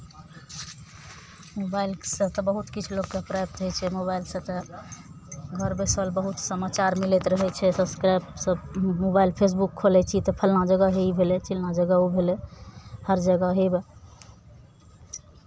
मोबाइलसँ तऽ बहुत किछु लोककेँ प्राप्ति होइ छै मोबाइलसँ तऽ घर बैसल बहुत समाचार मिलैत रहै छै सब्सक्राइबसभ गूगल फेसबुक खोलै छियै तऽ फल्लाँ जगह हे ई भेलै चिल्लाँ जगह ओ भेलै हर जगह हेवए